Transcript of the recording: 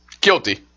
Guilty